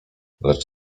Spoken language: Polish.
lecz